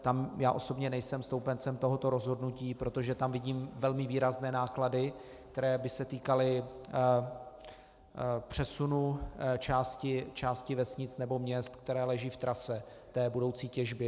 Tam já osobně nejsem stoupencem tohoto rozhodnutí, protože tam vidím velmi výrazné náklady, které by se týkaly přesunu části vesnic nebo měst, které leží v trase té budoucí těžby.